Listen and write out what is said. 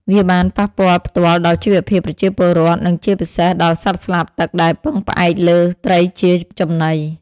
វាបានប៉ះពាល់ផ្ទាល់ដល់ជីវភាពប្រជាពលរដ្ឋ និងជាពិសេសដល់សត្វស្លាបទឹកដែលពឹងផ្អែកលើត្រីជាចំណី។